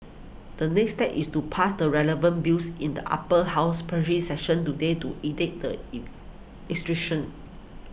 the next step is to pass the relevant Bills in the Upper House plenary session today to enact the